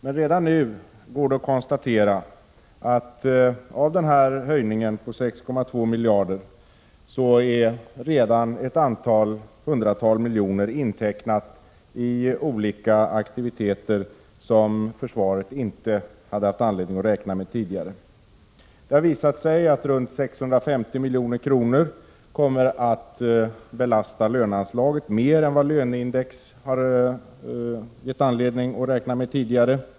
Men redan nu går det att konstatera att av höjningen på 6,2 miljarder ett antal hundratal miljoner redan är intecknade i olika aktiviteter som försvaret inte hade anledning att räkna med tidigare. Det har visat sig att runt 650 milj.kr. mer än vad löneindex har givit anledning att räkna med kommer att belasta löneanslaget.